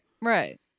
right